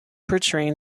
portraying